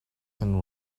and